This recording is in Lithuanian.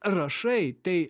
rašai tai